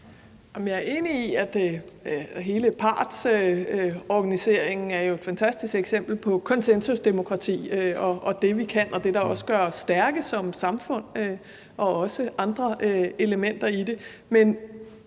Jeg er enig i, at hele partsorganiseringen er et fantastisk eksempel på konsensusdemokrati og det, vi kan, og det, der også gør os stærke som samfund – og også andre elementer i det.